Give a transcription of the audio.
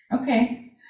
okay